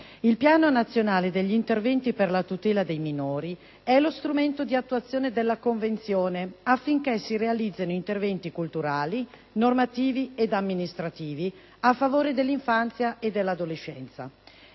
Il Piano nazionale degli interventi per la tutela dei minori è lo strumento di attuazione della Convenzione affinché si realizzino interventi culturali, normativi ed amministrativi a favore dell'infanzia e dell'adolescenza.